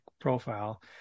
profile